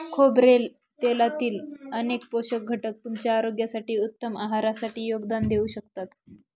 खोबरेल तेलातील अनेक पोषक घटक तुमच्या आरोग्यासाठी, उत्तम आहारासाठी योगदान देऊ शकतात